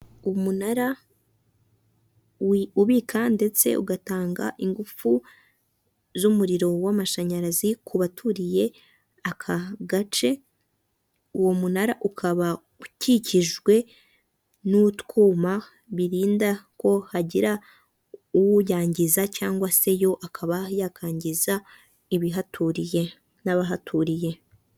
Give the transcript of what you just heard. Umunara ubika ndetse ugatanga ingufu z'umuriro w'amashanyarazi ku baturiye aka gace, uwo munara ukaba ukikijwe n'utwuma birinda ko hagira uwuyangiza cyangwa se yo akaba yakangiza ibihaturiye n'abahaturiye.